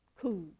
cool